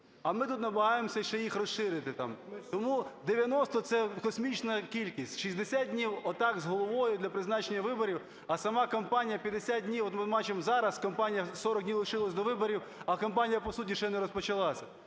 а ми тут намагаємося ще їх розширити там. Тому 90 – це космічна кількість. 60 днів – от так з головою для призначення виборів. А сама кампанія – 50 днів. От ми бачимо, зараз кампанія 40 днів лишилося до виборів, а кампанія, по суті, ще не розпочалася.